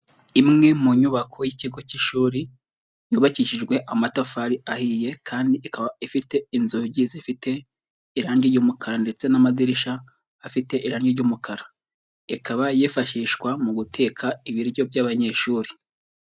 Imwe mu nyubako y'ikigo cy'ishuri yubakishijwe amatafari ahiye kandi ikaba ifite inzugi zifite irangi ry'umukara ndetse n'amadirishya afite irangi ry'umukara, ikaba yifashishwa mu guteka ibiryo by'abanyeshuri.